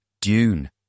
Dune